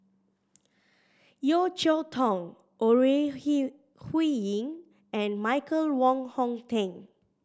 Yeo Cheow Tong Ore Huiying and Michael Wong Hong Teng